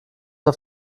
auf